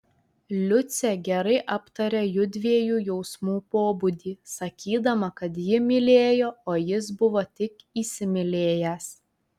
liucė gerai aptarė jųdviejų jausmų pobūdį sakydama kad ji mylėjo o jis buvo tik įsimylėjęs